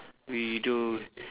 we do